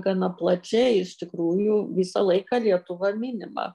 gana plačiai iš tikrųjų visą laiką lietuva minima